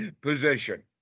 position